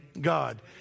God